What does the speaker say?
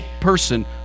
person